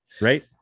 right